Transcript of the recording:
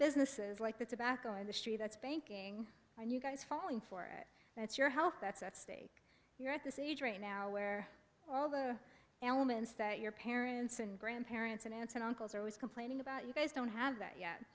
businesses like the tobacco industry that's banking on you guys falling for it and it's your health that's at stake you're at this age or a now where all the elements that your parents and grandparents and aunts and uncles are always complaining about you guys don't have that yet